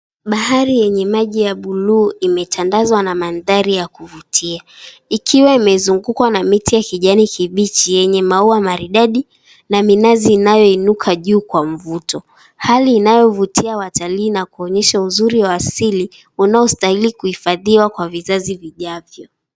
Bahari yenye maji ya buluu imetandazwa na manthari ya kuvutia, ikiwa imezungukwa na miti ya kijani kibichi yenye maua maridadai na minazi inayo inuka juu kwa mvuto. Hali inayo vutia watalii na kuwaonyesha uzuri wa asili inayo stahili kuhifahiwa kwa vizazi vijavyo.